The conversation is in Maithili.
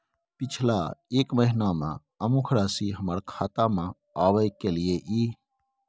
पिछला एक महीना म अमुक राशि हमर खाता में आबय कैलियै इ?